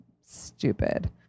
stupid